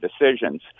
decisions